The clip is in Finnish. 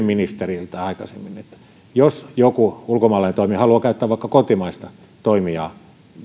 ministeriltä aikaisemmin siitä jos joku ulkomaalainen toimija haluaa käyttää vaikka kotimaista toimijaa